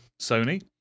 Sony